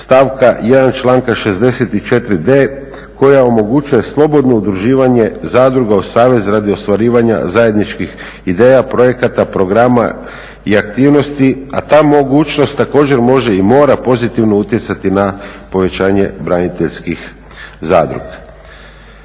stavka 1.članka 64.d koja omogućuje slobodno udruživanje zadruga u savez radi ostvarivanja zajedničkih ideja, projekata, programa i aktivnosti, a ta mogućnost također može i mora pozitivni utjecati na povećanje braniteljskih zadruga.